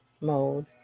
mode